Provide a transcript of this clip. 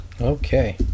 Okay